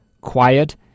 quiet